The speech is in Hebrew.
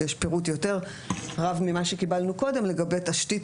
ויש פירוט יותר רב ממה שקיבלנו קודם לגבי תשתית